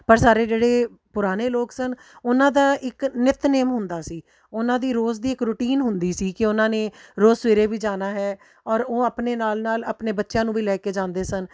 ਪਰ ਸਾਰੇ ਜਿਹੜੇ ਪੁਰਾਣੇ ਲੋਕ ਸਨ ਉਹਨਾਂ ਦਾ ਇੱਕ ਨਿਤਨੇਮ ਹੁੰਦਾ ਸੀ ਉਹਨਾਂ ਦੀ ਰੋਜ਼ ਦੀ ਇੱਕ ਰੂਟੀਨ ਹੁੰਦੀ ਸੀ ਕਿ ਉਹਨਾਂ ਨੇ ਰੋਜ਼ ਸਵੇਰੇ ਵੀ ਜਾਣਾ ਹੈ ਔਰ ਉਹ ਆਪਣੇ ਨਾਲ ਨਾਲ ਆਪਣੇ ਬੱਚਿਆਂ ਨੂੰ ਵੀ ਲੈ ਕੇ ਜਾਂਦੇ ਸਨ